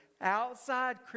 outside